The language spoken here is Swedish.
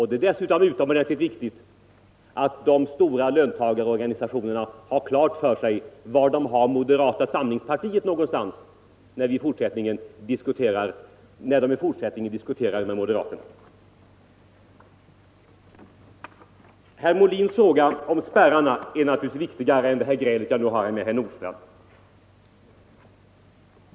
Det är dessutom viktigt att de stora löntagarorganisationerna har klart för sig var de har moderata samlingspartiet när de i fortsättningen diskuterar med moderaterna. Herr Molins fråga om spärrarna är naturligtvis viktigare än det gräl jag nu har med herr Nordstrandh.